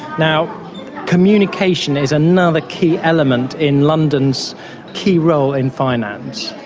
now communication is another key element in london's key role in finance.